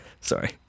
sorry